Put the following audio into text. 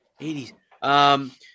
80s